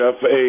jeff